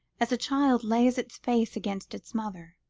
as a child lays its face against its mother,